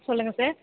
சொல்லுங்கள் சார்